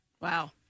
Wow